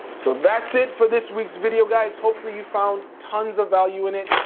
so that's it for this week's video guys. hopefully you found tons of value in it,